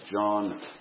John